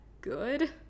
good